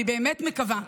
אני באמת מקווה,